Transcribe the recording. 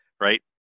right